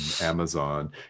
Amazon